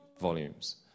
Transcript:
volumes